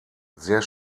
sehr